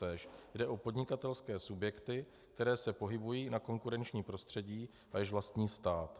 Jde o podnikatelské subjekty, které se pohybují na konkurenčním prostředí a jež vlastní stát.